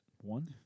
one